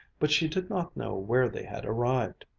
but she did not know where they had arrived.